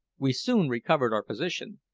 we soon recovered our position,